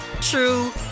true